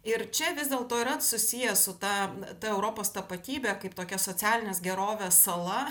ir čia vis dėlto yra susiję su ta ta europos tapatybe kaip tokia socialinės gerovės sala